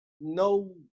no